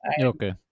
Okay